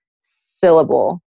syllable